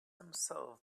himself